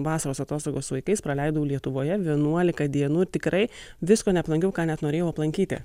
vasaros atostogas su vaikais praleidau lietuvoje vienuolika dienų ir tikrai visko neaplankiau ką net norėjau aplankyti